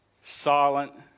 silent